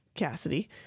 Cassidy